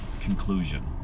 conclusion